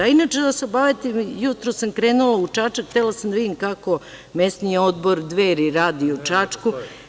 Inače, da vas obavestim, jutros sam krenula u Čačak, htela sam da vidim kako mesni odbor Dveri radi u Čačku.